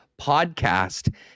podcast